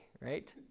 right